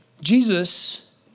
Jesus